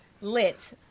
lit